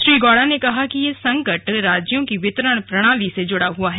श्री गौड़ा ने कहा कि यह संकट राज्यों की वितरण प्रणाली से जुड़ा हुआ है